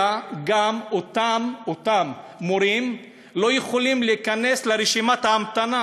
אותם מורים לא יכולים להיכנס לרשימת ההמתנה